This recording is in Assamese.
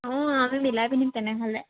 অঁ আমি মিলাই পিন্ধিম তেনেহ'লে